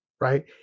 right